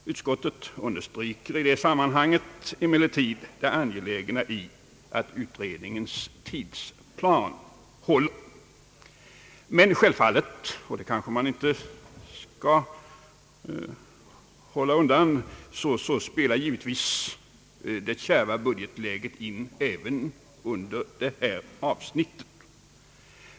Utskottet understryker emellertid det angelägna i att utredningens tidsplan hålls. Men självfallet — och det kanske man inte skall dölja — spelar det kärva budgetläget in även när det gäller detta avsnitt.